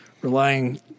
relying